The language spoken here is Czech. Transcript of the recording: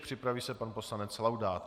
Připraví se pan poslanec Laudát.